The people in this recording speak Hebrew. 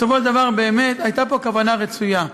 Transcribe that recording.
בסופו של דבר באמת הייתה פה כוונה רצויה.